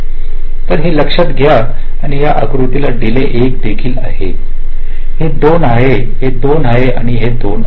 तर हे लक्षात घ्या आणि या आकृत्याला डील 1 देखील आहे हे 2 आहे हे 2 आहे आणि हे 2 आहे